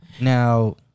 Now